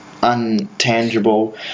untangible